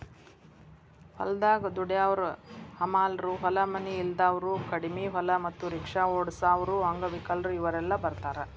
ಹೊಲದಾಗ ದುಡ್ಯಾವರ ಹಮಾಲರು ಹೊಲ ಮನಿ ಇಲ್ದಾವರು ಕಡಿಮಿ ಹೊಲ ಮತ್ತ ರಿಕ್ಷಾ ಓಡಸಾವರು ಅಂಗವಿಕಲರು ಇವರೆಲ್ಲ ಬರ್ತಾರ